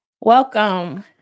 Welcome